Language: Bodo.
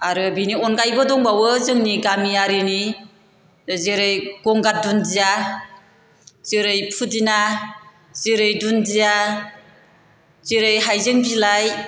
आरो बिनि अनगायैबो दंबावो जोंनि गामियारिनि जेरै गंगार दुनदिया जेरै फुदिना जेरै दुनदिया जेरै हाइजें बिलाइ